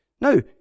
No